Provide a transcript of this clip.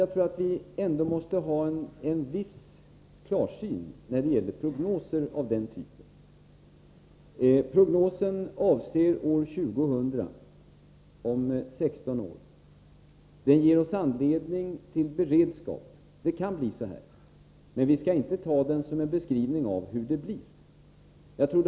Jag tror nämligen att vi måste ha en viss klarsyn när det gäller prognoser av den typen. Prognosen avser år 2000, dvs. om 16 år. Den ger oss anledning till beredskap. Det kan bli så som man säger i prognosen, men vi skall inte ta den som en beskrivning av hur det faktiskt blir.